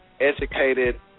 educated